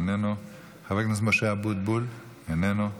איננו, חבר הכנסת משה אבוטבול, איננו,